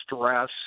stress